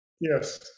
Yes